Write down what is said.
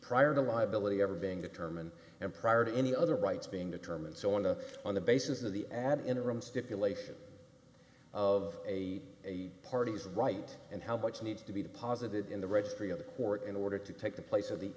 prior to liability ever being determined and prior to any other rights being determined so on a on the basis of the ad interim stipulation of a party's right and how much needs to be deposited in the registry of the court in order to take the place of the